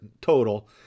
total